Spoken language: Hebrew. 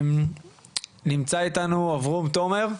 נמצא אתנו אברום תומר,